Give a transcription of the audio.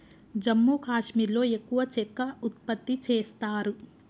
జమ్మూ కాశ్మీర్లో ఎక్కువ చెక్క ఉత్పత్తి చేస్తారు